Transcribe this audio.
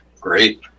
Great